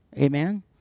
Amen